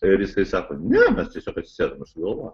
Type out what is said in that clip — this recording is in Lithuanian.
ir jisai sako ne mes tiesiog atsisėdom ir sugalvojom